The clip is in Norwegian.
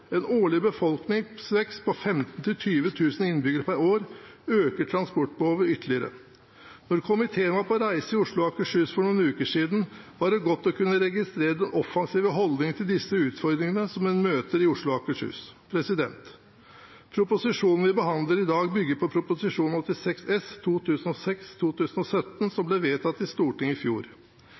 En årlig befolkningsvekst på 15 000–20 000 innbyggere per år øker transportbehovet ytterligere. Da komiteen var på reise i Oslo og Akershus for noen uker siden, var det godt å kunne registrere den offensive holdningen til disse utfordringene som en møter i Oslo og Akershus. Proposisjonene vi behandler i dag, bygger på Prop. 86 S for 2016–2017, som ble vedtatt i Stortinget i fjor.